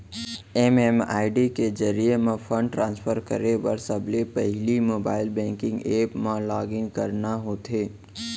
MMID के जरिये म फंड ट्रांसफर करे बर सबले पहिली मोबाइल बेंकिंग ऐप म लॉगिन करना होथे